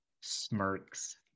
smirks